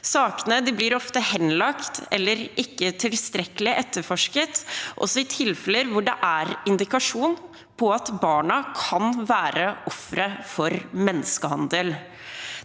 Sakene blir ofte henlagt eller ikke tilstrekkelig etterforsket, også i tilfeller hvor det er indikasjon på at barna kan være ofre for menneskehandel.